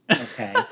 Okay